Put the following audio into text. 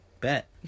bet